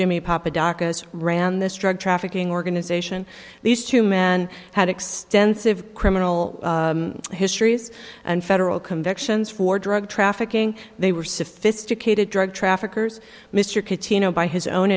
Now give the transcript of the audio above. doc ran this drug trafficking organization these two men had extensive criminal histories and federal convictions for drug trafficking they were sophisticated drug traffickers mr catena by his own